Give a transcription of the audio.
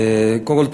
קודם כול,